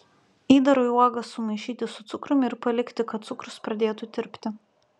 įdarui uogas sumaišyti su cukrumi ir palikti kad cukrus pradėtų tirpti